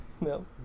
No